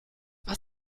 was